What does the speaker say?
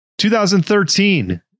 2013